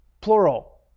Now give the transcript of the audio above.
plural